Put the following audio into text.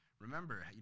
remember